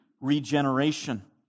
regeneration